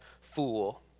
fool